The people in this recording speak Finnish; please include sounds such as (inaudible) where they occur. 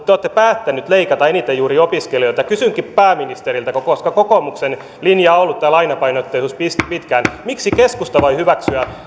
(unintelligible) te olette päättänyt leikata eniten juuri opiskelijoilta kysynkin pääministeriltä koska kokoomuksen linja on ollut tämä lainapainotteisuus pitkään miksi keskusta voi tämän hyväksyä (unintelligible)